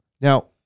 now